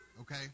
okay